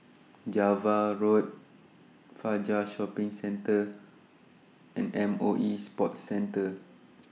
Java Road Fajar Shopping Centre and M O E Sports Centre